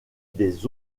des